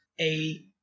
A-